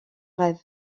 rêve